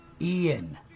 Ian